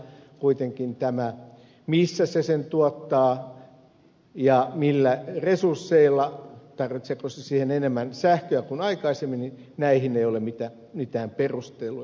kuitenkaan siihen missä se sen tuottaa ja millä resursseilla tarvitseeko se siihen enemmän sähköä kuin aikaisemmin ei ole mitään perusteluja esitetty